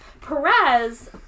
Perez